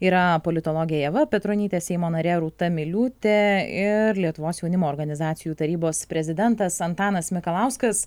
yra politologė ieva petronytė seimo narė rūta miliūtė ir lietuvos jaunimo organizacijų tarybos prezidentas antanas mikalauskas